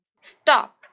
Stop